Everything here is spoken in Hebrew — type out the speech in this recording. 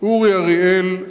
אורי אריאל,